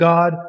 God